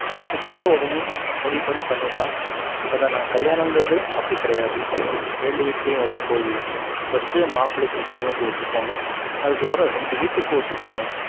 காதுகுத்து கூட உடனே முடிவு பண்ணி பண்ணிடலாம் பட் ஆனால் கல்யாணங்கிறது அப்படி கிடையாது இரண்டு வீட்லேயும் ஒத்து போய் ஃபர்ஸ்ட்டு மாப்பிள்ளைக்கும் பொண்ணுக்கும் ஒத்து போகணும் அதுக்கப்புறம் ரெண்டு வீட்டுக்கும் ஒத்து போகணும்